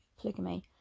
Polygamy